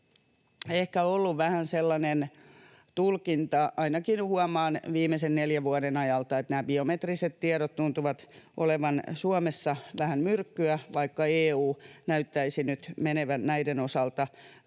ehkä ollut vähän sellainen tulkinta — ainakin huomaan viimeisen neljän vuoden ajalta — että biometriset tiedot tuntuvat olevan Suomessa vähän myrkkyä, vaikka EU näyttäisi nyt menevän näiden osalta toiseen